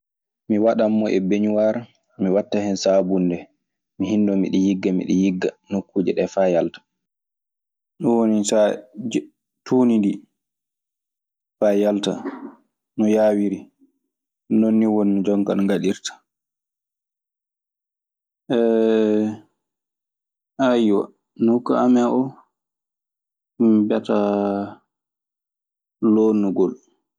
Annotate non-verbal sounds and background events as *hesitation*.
Mi waɗan mo e beñuwaar, mi watta hen saabunnde; mi hinno mi ɗo yigga, miɗe yigga nokkuuje ɗe faa yalta. Ɗun woni so a jiɗɗo tuundi ndii faa yalta no yaawiri, non nii woni jonkaa no ngaɗirtaa. *hesitation* Ayyo, nokku amen oo min mbiyataa loonnugol.